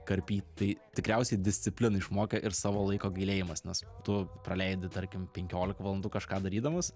karpyt tai tikriausiai disciplina išmokė ir savo laiko gilėjimas nes tu praleidi tarkim penkiolika valandų kažką darydamas